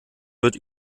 wird